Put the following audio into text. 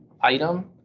item